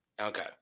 Okay